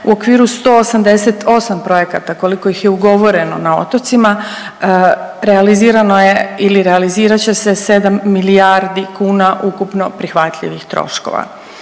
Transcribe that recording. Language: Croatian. u okviru 188 projekata koliko ih je ugovoreno na otocima realizirano je ili realizirat će se 7 milijardi kuna ukupno prihvatljivim troškova.